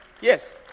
Yes